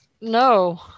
no